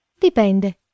Dipende